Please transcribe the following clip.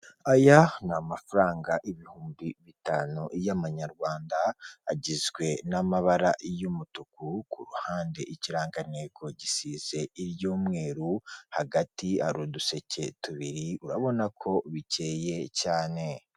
Aya ni amafaranga ibihumbi bitanu y'amanyarwanda agizwe n'amabara y'umutuku ku ruhande ikiranga ntego gisize iryumweru hagati hari uduseke tubiri urabona ko bikeye cyane .